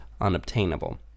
unobtainable